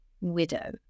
widow